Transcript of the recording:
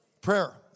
Prayer